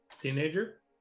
Teenager